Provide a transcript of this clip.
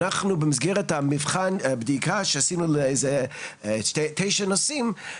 אנחנו במסגרת הבדיקה שעשינו לתשע נושאים,